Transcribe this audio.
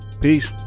Peace